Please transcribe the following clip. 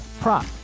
prop